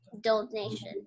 donation